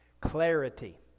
Clarity